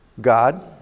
God